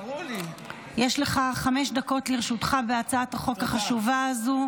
חמש דקות לרשותך בהצעת החוק החשובה הזו.